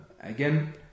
Again